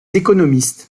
économistes